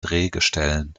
drehgestellen